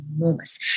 enormous